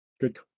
good